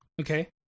Okay